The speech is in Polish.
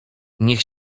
niech